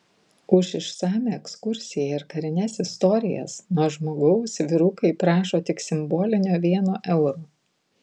už išsamią ekskursiją ir karines istorijas nuo žmogaus vyrukai prašo tik simbolinio vieno euro